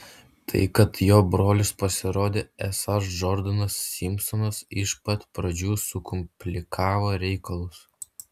tai kad jo brolis pasirodė esąs džordanas simpsonas iš pat pradžių sukomplikavo reikalus